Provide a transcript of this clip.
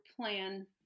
plan